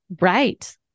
Right